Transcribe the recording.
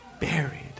buried